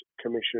Commission